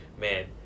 man